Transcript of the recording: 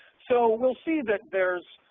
so we'll see that there's